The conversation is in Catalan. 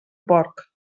porc